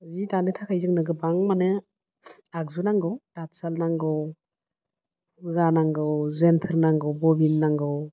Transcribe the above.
जि दानो थाखाय जोंनो गोबां माने आगजु नांगौ थात साल नांगौ उरा नांगौ जेन्थोर नांगौ बबिन नांगौ